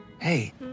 Hey